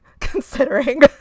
considering